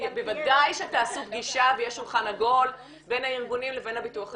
בוודאי שתעשו פגישה ויהיה שולחן עגול בין הארגונים לבין הביטוח הלאומי.